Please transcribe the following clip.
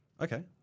Okay